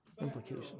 implication